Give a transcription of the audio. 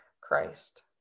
Christ